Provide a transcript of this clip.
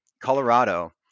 Colorado